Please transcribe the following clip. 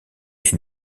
est